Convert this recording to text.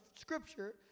scripture